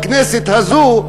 בכנסת הזו,